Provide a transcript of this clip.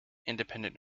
independent